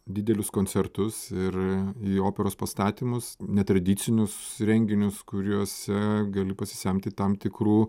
didelius koncertus ir į operos pastatymus netradicinius renginius kuriuose gali pasisemti tam tikrų